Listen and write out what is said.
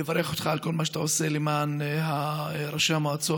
אני רוצה לברך אותך על כל מה שאתה עושה למען ראשי המועצות,